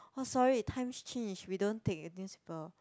oh sorry times changed we don't take the newspaper